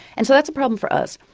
and so that's a problem for us.